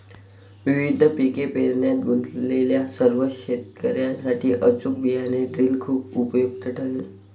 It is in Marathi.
विविध पिके पेरण्यात गुंतलेल्या सर्व शेतकर्यांसाठी अचूक बियाणे ड्रिल खूप उपयुक्त ठरेल